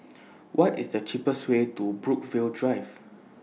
What IS The cheapest Way to Brookvale Drive